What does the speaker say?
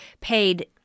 paid